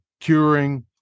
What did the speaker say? curing